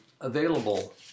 available